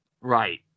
Right